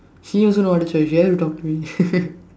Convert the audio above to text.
he also know how to chat talk to me